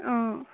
অঁ